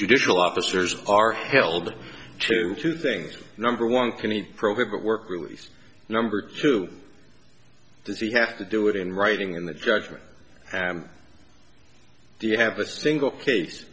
judicial officers are held to two things number one can he prohibit work release number two does he have to do it in writing in the judgment or do you have a single case